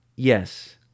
Yes